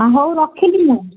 ହଁ ହଉ ରଖିଲି ମୁଁ